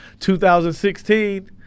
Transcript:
2016